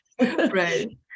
Right